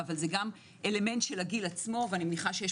זה גם אלמנט של הגיל עצמו ואני מניחה שיש